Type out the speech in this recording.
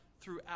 throughout